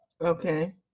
Okay